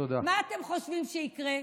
מה אתם חושבים שיקרה?